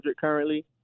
currently